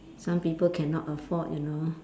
some people cannot afford you know